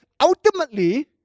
ultimately